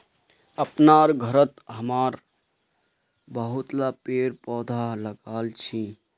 अपनार घरत हमरा बहुतला पेड़ पौधा लगाल छि